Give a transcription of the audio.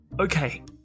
Okay